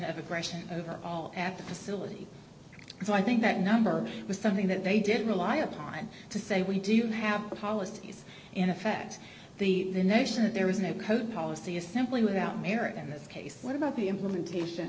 of aggression over at the facility so i think that number was something that they did rely upon to say we do have policies in effect the nation that there isn't a code policy is simply without merit in this case what about the implementation